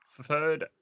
third